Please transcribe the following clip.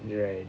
right